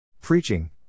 preaching